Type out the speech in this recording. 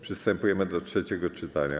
Przystępujemy do trzeciego czytania.